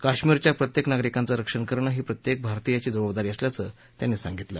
काश्मिरच्या प्रत्येक नागरीकाचं रक्षण करणं ही प्रत्येक भारतीयाची जबाबदारी असल्याचंही त्यांनी सांगितलं